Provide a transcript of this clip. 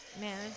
Man